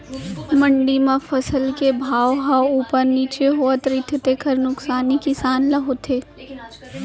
मंडी म फसल के भाव ह उप्पर नीचे होवत रहिथे तेखर नुकसानी किसान ल होथे